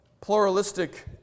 pluralistic